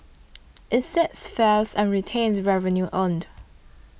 it sets fares and retains revenue earned